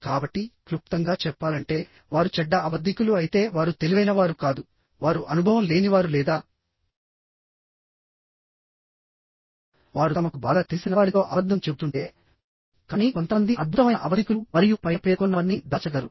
కాబట్టి క్లుప్తంగా చెప్పాలంటే వారు చెడ్డ అబద్ధికులు అయితే వారు తెలివైనవారు కాదు వారు అనుభవం లేనివారు లేదా వారు తమకు బాగా తెలిసిన వారితో అబద్ధం చెబుతుంటేకానీ కొంతమంది అద్భుతమైన అబద్ధికులు మరియు పైన పేర్కొన్నవన్నీ దాచగలరు